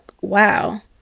wow